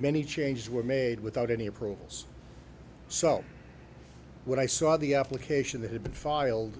many changes were made without any approvals so when i saw the application that had been filed